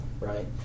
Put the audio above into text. right